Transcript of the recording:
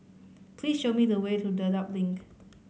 please show me the way to Dedap Link